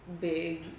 big